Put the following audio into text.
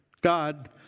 God